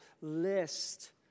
list